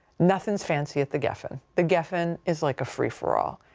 nothing's fancy at the geffen. the geffen is like a free for all.